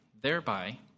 thereby